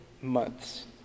months